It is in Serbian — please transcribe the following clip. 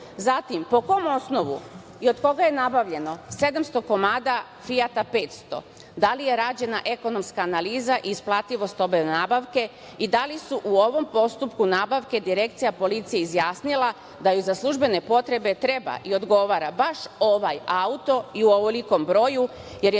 plata? Zatim, po kom osnovu i od koga je nabavljeno 700 komada Fijata 500? Da li je rađena ekonomska analiza, i isplativost ove nabavke i da li su u ovom postupku nabavke Direkcija policija izjasnila da je za službene potrebe treba i odgovara baš ovaj auto i u ovolikom broju jer je